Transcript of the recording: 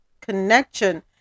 connection